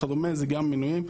זה גם מינויים.